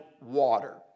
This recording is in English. water